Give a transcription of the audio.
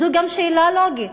זו גם שאלה לוגית: